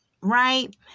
right